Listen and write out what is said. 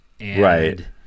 Right